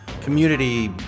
community